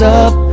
up